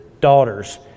daughters